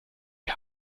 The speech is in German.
wir